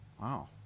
Wow